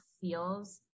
feels